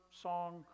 song